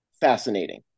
fascinating